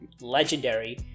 legendary